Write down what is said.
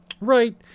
Right